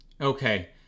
Okay